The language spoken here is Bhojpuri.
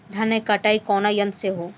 धान क कटाई कउना यंत्र से हो?